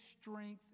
strength